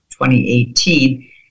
2018